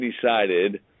decided